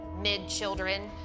mid-children